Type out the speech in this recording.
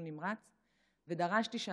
בדגש על ניידות לטיפול נמרץ,